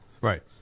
Right